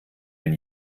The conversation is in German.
den